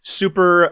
super